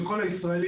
מאוד שלא,